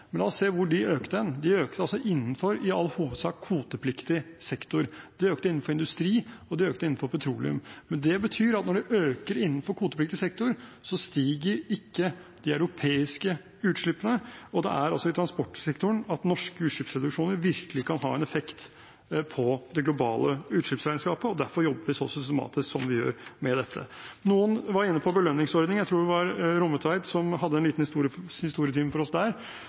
Men la oss se hvor de økte. De økte i all hovedsak innenfor kvotepliktig sektor, de økte innenfor industri, og de økte innenfor petroleum. Men det betyr at når det øker innenfor kvotepliktig sektor, stiger ikke de europeiske utslippene, og det er altså i transportsektoren at norske utslippsreduksjoner virkelig kan ha en effekt på det globale utslippsregnskapet, og derfor jobber vi så systematisk som vi gjør med dette. Noen var inne på belønningsordningen. Jeg tror det var representanten Rommetveit som hadde en liten historietime for oss der.